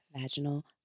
vaginal